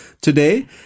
today